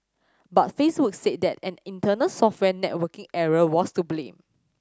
but Facebook said that an internal software networking error was to blame